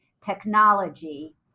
technology